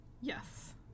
Yes